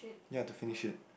ya to finish it